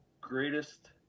greatest